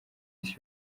isi